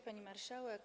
Pani Marszałek!